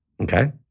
Okay